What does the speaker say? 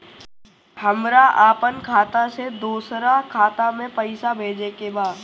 हमरा आपन खाता से दोसरा खाता में पइसा भेजे के बा